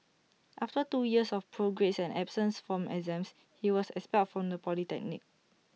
after two years of poor grades and absence from exams he was expelled from the polytechnic